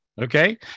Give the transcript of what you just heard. Okay